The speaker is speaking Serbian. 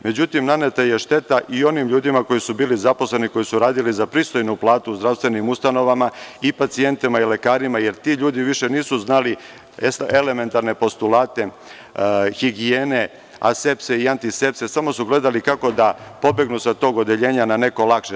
Međutim, naneta je šteta i onim ljudima koji su bili zaposleni, koji su radili za pristojnu platu u zdravstvenim ustanovama, i pacijentima i lekarima, jer ti ljudi više nisu znali elementarne postulate higijene, asepse i antisepse, samo su gledali kako da pobegnu sa tog odeljenja na neko lakše.